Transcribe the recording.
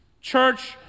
Church